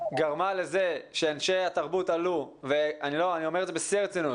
גרמה לכך שאנשי התרבות עלו ואני אומר את זה בשיא הרצינות